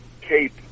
cape